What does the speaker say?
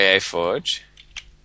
Forge